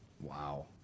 Wow